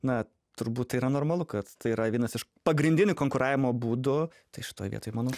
na turbūt tai yra normalu kad tai yra vienas iš pagrindinių konkuravimo būdų tai šitoj vietoj manau